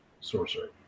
sorcery